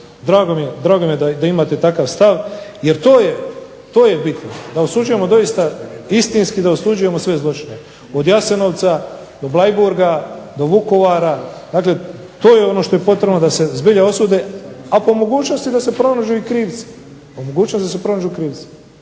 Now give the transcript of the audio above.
Drago mi je da imate takav stav jer to je bitno. Da osuđujemo doista, istinski da osuđujemo sve zločine, od Jasenovca do Bleiburga do Vukovara. Dakle, to je ono što je potrebno da se zbilja osude, a po mogućnosti da se pronađu i krivci.